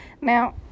Now